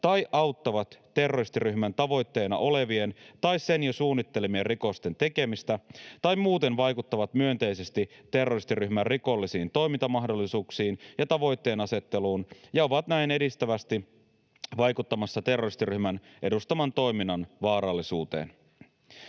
tai auttavat terroristiryhmän tavoitteena olevien tai sen jo suunnittelemien rikosten tekemistä tai muuten vaikuttavat myönteisesti terroristiryhmän rikollisiin toimintamahdollisuuksiin ja tavoitteenasetteluun ja ovat näin edistävästi vaikuttamassa terroristiryhmän edustaman toiminnan vaarallisuuteen.